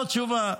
לא תשובה,